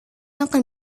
akan